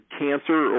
cancer